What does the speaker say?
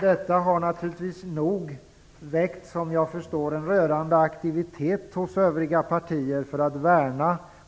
Detta har naturligt nog väckt en rörande aktivitet hos övriga partier när det gäller att